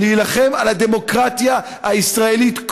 להילחם על הדמוקרטיה הישראלית,